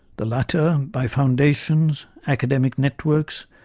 the latter by foundations, academic networks,